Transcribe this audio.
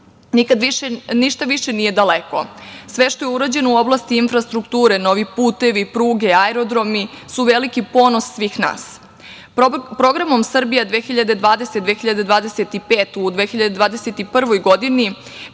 nas. Ništa više nije daleko. Sve što je urađeno u oblasti infrastrukture, novi putevi, pruge, aerodromi, su veliki ponos svih nas. Programom „Srbija 2020- 2025“ u 2021. godini